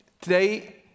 Today